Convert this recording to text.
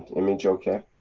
image okay?